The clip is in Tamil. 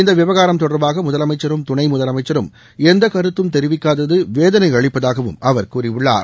இந்த விவகாரம் தொடர்பாக முதலமைச்சரும் துணை முதலமைச்சரும் எந்த கருத்தும் தெரிவிக்காதது வேதனை அளிப்பதாகவும் அவர் கூறியுள்ளார்